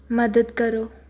ਮਦਦ ਕਰੋ